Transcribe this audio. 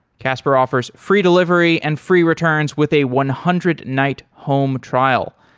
casper offers free delivery and free returns with a one hundred night home trial.